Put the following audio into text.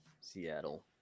seattle